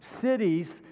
cities